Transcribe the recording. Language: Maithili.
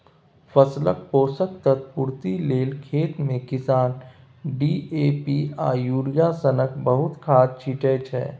फसलक पोषक तत्व पुर्ति लेल खेतमे किसान डी.ए.पी आ युरिया सनक बहुत खाद छीटय छै